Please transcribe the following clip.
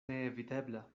neevitebla